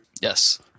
Yes